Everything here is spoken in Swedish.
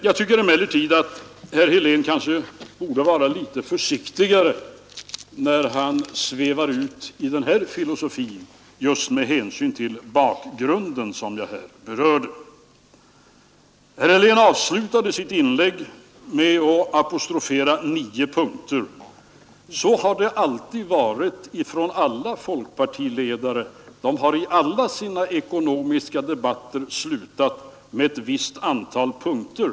Jag tycker emellertid att herr Helén med hänsyn till den bakgrund som jag här berörde borde vara litet försiktigare när han svävar ut i den filosofin. Herr Helén avslutade sitt inlägg med att apostrofera nio punkter. Så har det alltid varit; alla folkpartiledare har slutat sina inlägg i ekonomiska debatter med ett visst antal punkter.